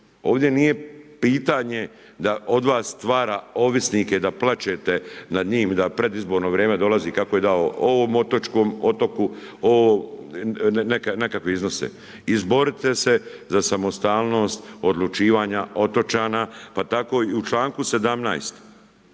Ovdje nije pitanje da od vas stvara ovisnike, da plačete nad njim, da predizborno vrijeme dolazi, kako je dao ovom otočkom otoku nekakve iznose. Izborite se za samostalnost odlučivanja otočana, pa tako i u čl. 17.